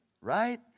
Right